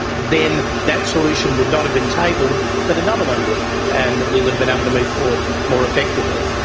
then that solution would not have been tabled but another one would have and we would have been able to move forwards more effectively.